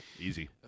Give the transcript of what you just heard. easy